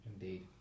Indeed